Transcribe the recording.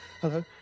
Hello